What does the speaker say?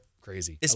crazy